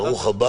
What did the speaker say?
רז,